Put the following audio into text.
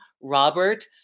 Robert